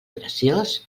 graciós